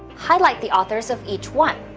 highlight the authors of each one?